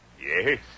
Yes